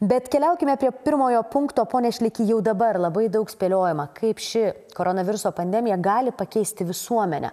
bet keliaukime prie pirmojo punkto pone šleky jau dabar labai daug spėliojama kaip ši koronaviruso pandemija gali pakeisti visuomenę